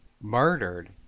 murdered